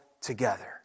together